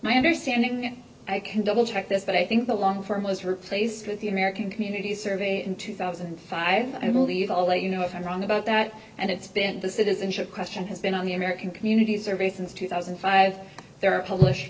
my understanding i can double check this but i think the long form was replaced with the american community survey in two thousand and five i believe i'll let you know if i'm wrong about that and it's been the citizenship question has been on the american community survey since two thousand and five there are published